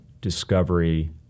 discovery